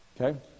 okay